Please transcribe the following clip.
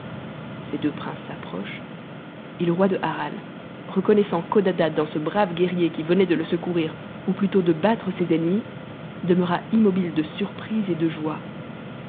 ces deux princes s'approchent et le roi de harran reconnaissant codadad dans ce brave guerrier qui venait de le secourir ou plutôt de battre ses ennemis demeura immobile de surprise et de joie